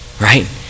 right